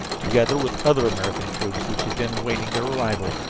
together with other american troops which had been awaiting their arrival,